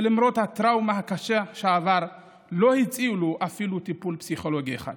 שלמרות הטראומה הקשה שעבר לא הציעו לו אפילו טיפול פסיכולוגי אחד